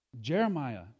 Jeremiah